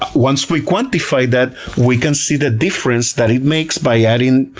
ah once we quantify that, we can see the difference that it makes by adding,